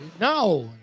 No